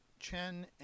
Chen